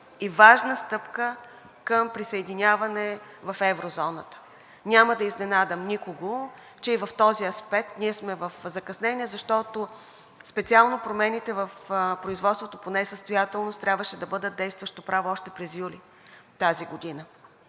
и важна стъпка към присъединяване в еврозоната. Няма да изненадам никого, че и в този аспект ние сме в закъснение, защото специално промените в производството по несъстоятелност трябваше да бъдат действащо право още през юли тази година.